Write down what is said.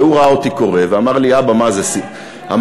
והוא ראה אותי קורא ואמר לי: אבא, מה זה, סיפור?